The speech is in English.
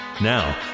Now